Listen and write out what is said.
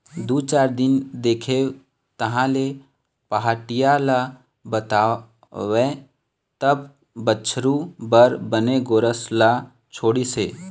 दू चार दिन देखेंव तहाँले पहाटिया ल बताएंव तब बछरू बर बने गोरस ल छोड़िस हे